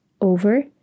over